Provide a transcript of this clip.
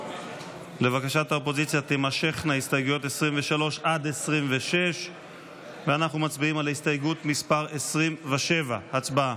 לבקשת האופוזיציה תימשכנה הסתייגויות 23 26. אנחנו מצביעים על הסתייגות מס' 27. הצבעה.